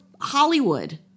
Hollywood